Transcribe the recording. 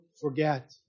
forget